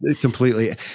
completely